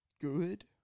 good –